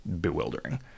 bewildering